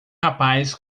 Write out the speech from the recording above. rapaz